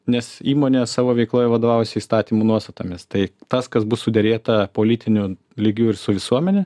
nes įmonė savo veikloje vadovavosi įstatymų nuostatomis tai tas kas bus suderėta politiniu lygiu ir su visuomene